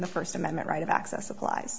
the first amendment right of access applies